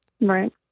Right